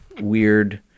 weird